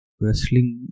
wrestling